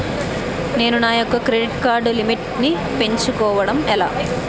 నేను నా యెక్క క్రెడిట్ కార్డ్ లిమిట్ నీ పెంచుకోవడం ఎలా?